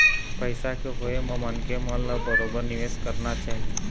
पइसा के होय म मनखे मन ल बरोबर निवेश करना चाही